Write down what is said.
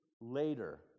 later